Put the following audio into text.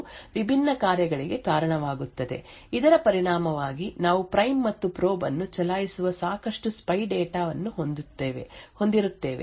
ಆದ್ದರಿಂದ ಕೀಸ್ಟ್ರೋಕ್ ಅನ್ನು ಒತ್ತಿದಾಗ ಅದು ಆಪರೇಟಿಂಗ್ ಸಿಸ್ಟಂ ನಲ್ಲಿ ಮತ್ತು ವಿಕ್ಟಿಮ್ ಅಪ್ಲಿಕೇಶನ್ ಎರಡರಲ್ಲೂ ವಿಭಿನ್ನ ಕಾರ್ಯಗಳಿಗೆ ಕಾರಣವಾಗುತ್ತದೆ ಇದರ ಪರಿಣಾಮವಾಗಿ ನಾವು ಪ್ರೈಮ್ ಮತ್ತು ಪ್ರೋಬ್ ಅನ್ನು ಚಲಾಯಿಸುವ ಸಾಕಷ್ಟು ಸ್ಪೈ ಡೇಟಾ ವನ್ನು ಹೊಂದಿರುತ್ತೇವೆ